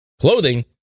clothing